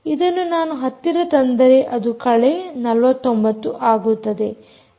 ಅದನ್ನು ನಾನು ಹತ್ತಿರ ತಂದರೆ ಅದು ಕಳೆ 49 ಆಗುತ್ತದೆ